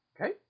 okay